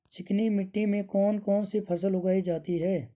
चिकनी मिट्टी में कौन कौन सी फसल उगाई जाती है?